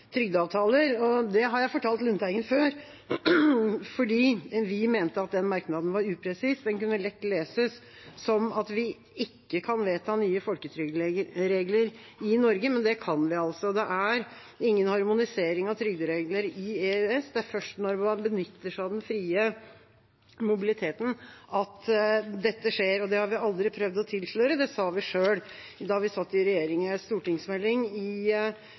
trygdeavtaler. Det har jeg fortalt Lundteigen før. Det er fordi vi mente merknaden var upresis. Den kunne lett leses som at vi ikke kan vedta nye folketrygdregler i Norge, men det kan vi altså. Det er ingen harmonisering av trygderegler i EØS. Det er først når man benytter seg av den frie mobiliteten, at dette skjer, og det har vi aldri prøvd å tilsløre. Det sa vi selv da vi satt i regjering, i en stortingsmelding i